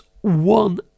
one